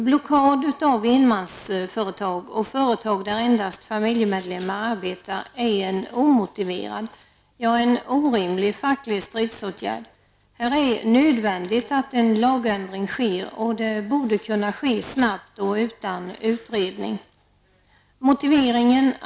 Blockad av enmansföretag och företag där endast familjemedlemmar arbetar är en omotiverad -- ja, orimlig facklig stridsåtgärd. Här är det nödvändigt att det blir en lagändring. En sådan borde kunna genomföras snabbt och utan någon utredning.